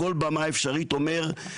בכל במה אפשרית אומר,